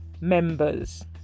members